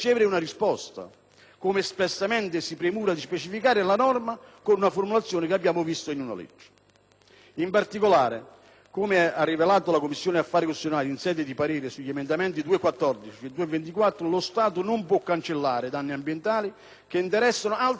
come espressamente si premura di specificare la norma con una formulazione che mai abbiamo visto in una legge. In particolare, come ha rilevato la Commissione affari costituzionali in sede di parere sugli emendamenti 2.14 e 2.24, lo Stato non può cancellare danni ambientali che interessano altri enti territoriali,